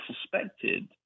suspected